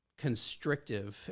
constrictive